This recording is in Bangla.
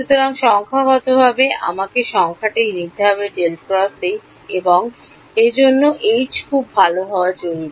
সুতরাং সংখ্যাগতভাবে আমাকে সংখ্যাটি নিতে হবে এবং এজন্য জাল খুব ভাল হওয়া জরুরী